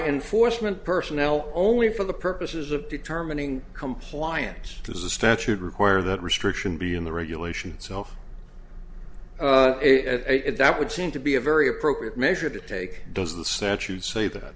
enforcement personnel only for the purposes of determining compliance to the statute require that restriction be in the regulations it that would seem to be a very appropriate measure to take does the statute say that